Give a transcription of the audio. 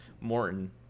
Morton